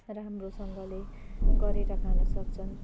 राम्रोसँगले गरेर खान सक्छन्